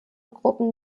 gruppen